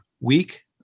week